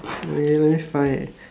wait let me find it